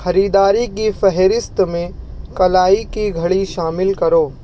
خریداری کی فہرست میں کلائی کی گھڑی شامل کرو